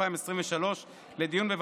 2. סימן ג'